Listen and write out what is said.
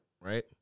right